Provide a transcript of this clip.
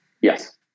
Yes